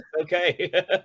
Okay